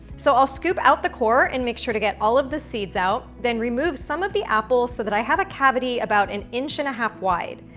so i'll scoop out the core and make sure to get all of the seeds out, then remove some of the apple so that i have a cavity about an inch and a half wide.